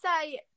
say